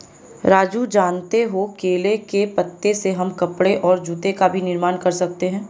राजू जानते हो केले के पत्ते से हम कपड़े और जूते का भी निर्माण कर सकते हैं